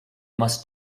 must